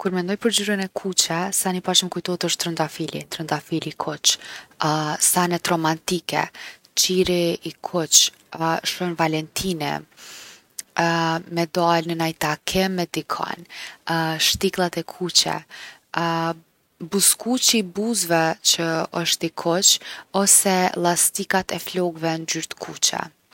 Kur mendoj për ngjyrën e kuqe, seni i parë që m’kujtohet osht trëndafili. Trëndafili i kuq, senet romantike, qiri i kuq, shën valentini, me dal në naj takim me dikon, shtikllat e kuqe, buzëkuqi i buzeve që osht i kuq ose llastikat e flokëve ngjyrë t’kuqe.